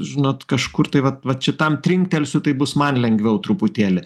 žinot kažkur tai vat vat šitam trinktelsiu tai bus man lengviau truputėlį